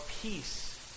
peace